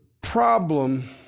problem